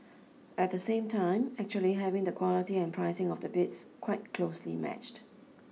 at the same time actually having the quality and pricing of the bids quite closely matched